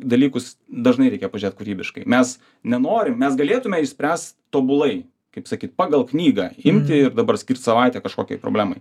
dalykus dažnai reikia pažiūrėt kūrybiškai mes nenorim mes galėtume išspręst tobulai kaip sakyt pagal knygą imti ir dabar skirt savaitę kažkokiai problemai